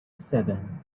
seven